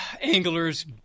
anglers